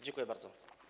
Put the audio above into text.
Dziękuję bardzo.